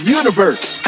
universe